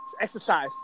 exercise